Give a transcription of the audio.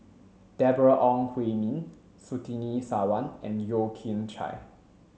Deborah Ong Hui Min Surtini Sarwan and Yeo Kian Chye